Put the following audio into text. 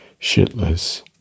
shitless